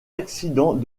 accident